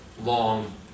long